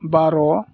बार'